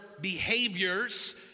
behaviors